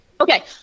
Okay